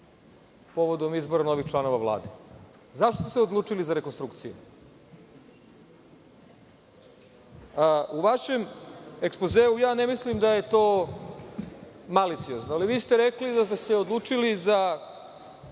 povodom izbora novih članova Vlade. Zašto ste se odlučili za rekonstrukciju?U vašem ekspozeu, ne mislim da je to maliciozno, ste rekli da ste se odlučili za najširu,